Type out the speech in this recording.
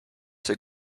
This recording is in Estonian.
sai